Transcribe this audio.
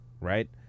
right